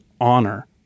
honor